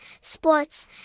sports